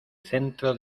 centro